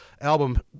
Album